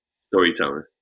Storytelling